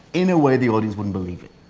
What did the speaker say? in a way, the audience wouldn't believe it.